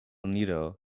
nido